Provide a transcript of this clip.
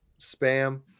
Spam